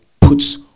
puts